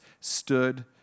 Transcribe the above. stood